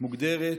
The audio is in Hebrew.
מוגדרת